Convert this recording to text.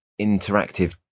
Interactive